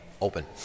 open